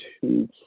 two